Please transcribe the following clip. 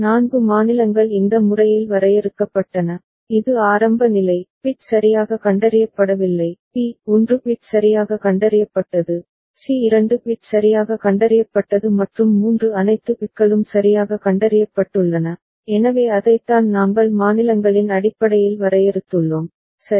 4 மாநிலங்கள் இந்த முறையில் வரையறுக்கப்பட்டன இது ஆரம்ப நிலை பிட் சரியாக கண்டறியப்படவில்லை பி 1 பிட் சரியாக கண்டறியப்பட்டது சி 2 பிட் சரியாக கண்டறியப்பட்டது மற்றும் 3 அனைத்து பிட்களும் சரியாக கண்டறியப்பட்டுள்ளன எனவே அதைத்தான் நாங்கள் மாநிலங்களின் அடிப்படையில் வரையறுத்துள்ளோம் சரி